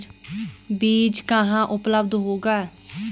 बीज कहाँ उपलब्ध होगा?